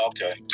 Okay